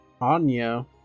Anya